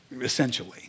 essentially